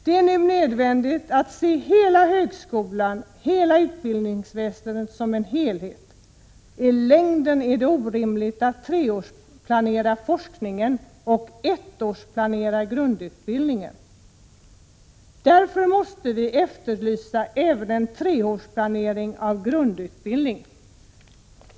Det är nu nödvändigt att se hela högskolan och hela utbildningsväsendet som en helhet. I längden är det orimligt att treårsplanera forskningen och ettårsplanera grundutbildningen. Därför måste vi efterlysa en treårsplanering även av grundutbildningen.